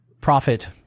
profit